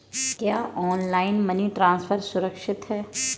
क्या online money transfer सुरक्षित है?